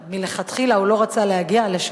ומלכתחילה הוא לא רצה להגיע אליה,